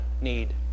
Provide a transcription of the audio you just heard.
need